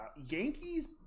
Yankees